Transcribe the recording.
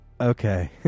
okay